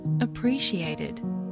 appreciated